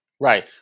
Right